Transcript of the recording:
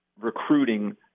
Recruiting